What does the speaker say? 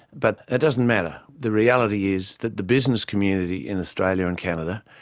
but it doesn't matter. the reality is that the business community in australia and canada,